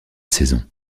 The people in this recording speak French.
saison